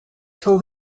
till